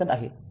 २ second आहे